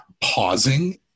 pausing